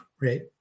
right